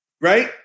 right